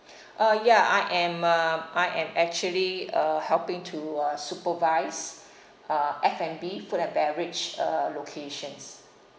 uh ya I am a I am actually uh helping to uh supervise uh F&B food and beverage uh locations